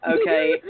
Okay